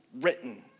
written